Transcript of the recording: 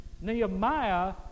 Nehemiah